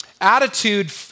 attitude